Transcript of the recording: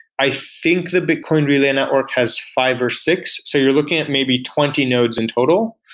i think the bitcoin relay network has five or six, so you're looking at maybe twenty nodes in total,